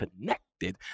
connected